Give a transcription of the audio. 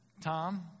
Tom